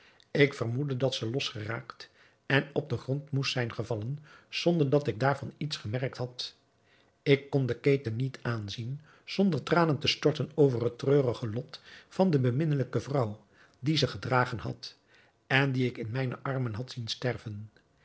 ik vermoedde dat ze los geraakt en op den grond moest zijn gevallen zonder dat ik daarvan iets gemerkt had ik kon de keten niet aanzien zonder tranen te storten over het treurige lot van de beminnelijke vrouw die ze gedragen had en die ik in mijne armen had zien sterven